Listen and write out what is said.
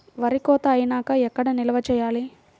వరి కోత అయినాక ఎక్కడ నిల్వ చేయాలి?